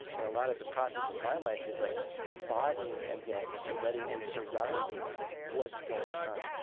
and a lot of the process of my life is like embodying again and letting and surrounding what's going on,